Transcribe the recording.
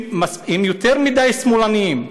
הם יותר מדי שמאלנים.